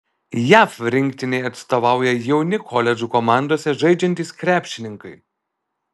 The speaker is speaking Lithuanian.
jav rinktinei atstovauja jauni koledžų komandose žaidžiantys krepšininkai